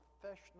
professional